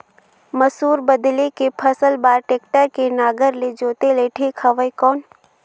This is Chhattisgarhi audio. मसूर बदले के फसल बार टेक्टर के नागर ले जोते ले ठीक हवय कौन?